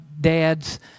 dad's